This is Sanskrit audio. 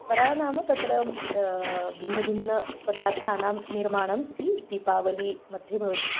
फ़रा नाम तत्र भिन्नभिन्नपदार्थानां निर्माणम् इति दीपावली मध्ये भवति